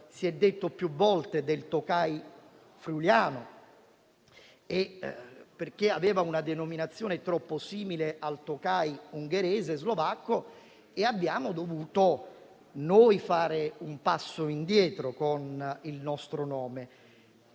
si è detto più volte relativamente al Tocai friulano, perché aveva una denominazione troppo simile al Tokaji ungherese e slovacco e abbiamo dovuto noi fare un passo indietro con il nostro nome.